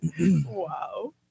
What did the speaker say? Wow